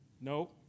no